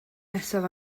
nesaf